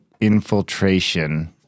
infiltration